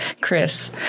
Chris